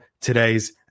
today's